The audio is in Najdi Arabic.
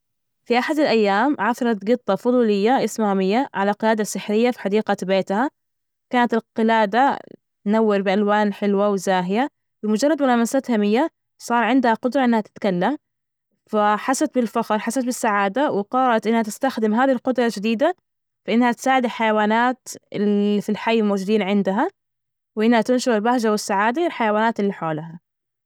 في أحد الأيام عثرت جطة فضولية إسمها مية على قلادة سحرية في حديقة بيتها، كانت القلادة منور بألوان حلوة وزاهية بمجرد ملامستها مية، صار عندها قدرة إنها تتكلم، ف حست بالفخر، حست بالسعادة وقالت إنها تستخدم هذه القدرة الجديدة، فإنها تساعد الحيوانات ال في الحي الموجودين عندها، وإنها تنشر البهجة والسعادة، للحيوانات اللي حولها.